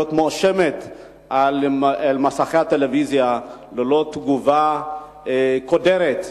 מואשמת על מסכי הטלוויזיה ללא תגובה קודמת,